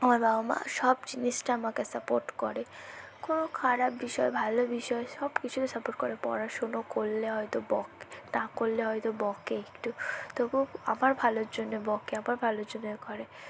আমার বাবা মা সব জিনিসটা আমাকে সাপোর্ট করে কোনও খারাপ বিষয়ে ভালো বিষয়ে সবকিছুকে সাপোর্ট করে পড়াশুনো করলে হয়তো বকে না করলে হয়তো বকে একটু তবু আমার ভালোর জন্যে বকে আমার ভালোর জন্য এ করে